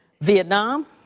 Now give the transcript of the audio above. Vietnam